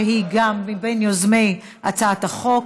שהיא גם מיוזמי הצעת החוק,